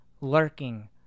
lurking